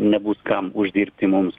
nebus kam uždirbti mums